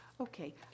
Okay